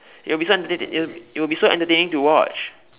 it will be so entertaining it will be so entertaining to watch